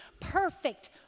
perfect